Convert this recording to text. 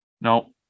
No